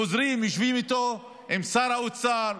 חוזרים, יושבים איתו, עם שר האוצר,